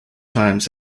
times